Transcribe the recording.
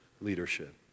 leadership